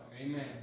Amen